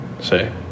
Say